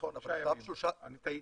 אני טעיתי,